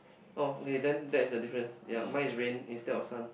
oh okay then that's the difference ya mine is rain instead of sun